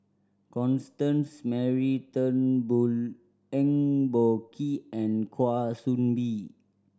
Constance Mary Turnbull Eng Boh Kee and Kwa Soon Bee